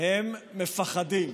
הם מפחדים,